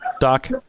Doc